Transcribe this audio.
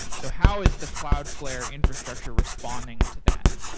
so how is the cloudflare infrastructure responding to that?